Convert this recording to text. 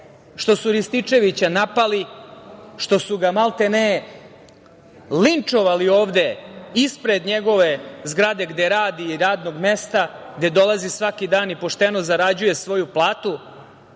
što su Rističevića napali, što su ga maltene linčovali ovde ispred njegove zgrade gde radi i radnog mesta, gde dolazi svaki dan i pošteno zarađuje svoju platu?